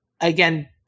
again